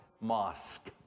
mosque